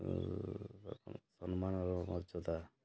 ସମ୍ମାନର ମର୍ଯ୍ୟଦା